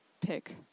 pick